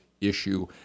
issue